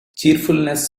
cheerfulness